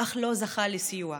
אך לא זכה לסיוע.